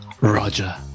Roger